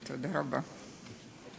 תודה רבה.